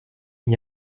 n’y